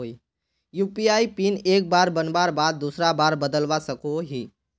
UPI pin एक बार बनवार बाद दूसरा बार बदलवा सकोहो ही?